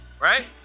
right